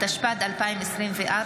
התשפ"ד 2024,